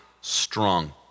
strong